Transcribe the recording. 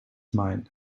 mine